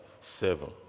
seven